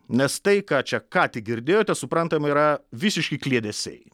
nes tai ką čia ką tik girdėjote suprantama yra visiški kliedesiai